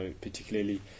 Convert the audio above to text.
particularly